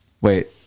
Wait